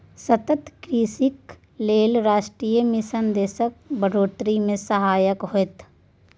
सतत कृषिक लेल राष्ट्रीय मिशन देशक बढ़ोतरी मे सहायक होएत